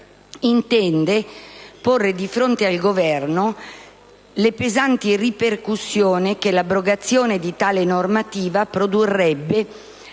intende porre di fronte al Governo le pesanti ripercussioni che l'abrogazione di tale normativa produrrebbe